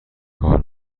کار